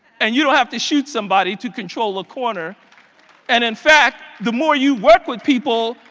and you don't have to shoot somebody to control a corner and in fact, the more you work with people,